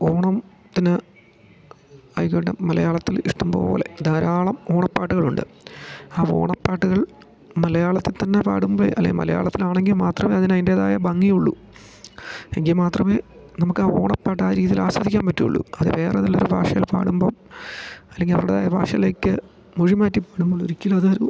ഓണംത്തിന് അത് ആയിക്കോട്ടെ മലയാളത്തില് ഇഷ്ടം പോലെ ധാരാളം ഓണപ്പാട്ട്കളുണ്ട് ആ ഓണപ്പാട്ട്കൾ മലയാളത്ത് തന്നെ പാടുമ്പെ അല്ലേ മലയാളത്തിലാണെങ്കി മാത്രമേ അതിനയ്ൻറ്റേതായ ഭംഗിയുള്ളു എങ്കി മാത്രമേ നമക്കാ ഓണപ്പാട്ടാ രീതീലാസ്വദിക്കാൻ പറ്റൂള്ളൂ അത് വേറെ നല്ലൊര് ഭാഷേൽ പാടുമ്പൊ അല്ലെങ്കി അവര്ടേതായ ഭാഷേലേക്ക് മൊഴി മാറ്റി പാടുമ്പോളൊരിക്കലതൊരു